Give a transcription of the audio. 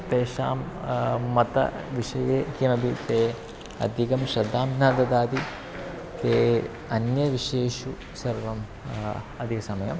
तेषां मतविषये किमपि ते अधिकां श्रद्दां न ददाति ते अन्यविषयेषु सर्वम् अधिकसमयम्